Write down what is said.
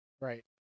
Right